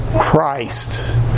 Christ